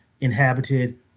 inhabited